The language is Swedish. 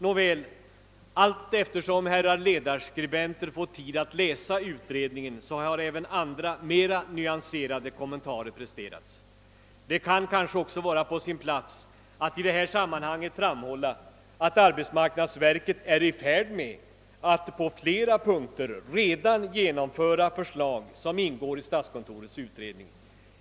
Nåväl, allteftersom herrar ledarskribenter fått tid att läsa utredningen har även andra, mera nyanserade kommentarer presterats. Det kan kanske också vara på sin plats att i detta sammanhang framhålla, att arbetsmarknadsverket redan är i färd med att på flera punkter genomföra förslag som ingår i statskontorets utredning.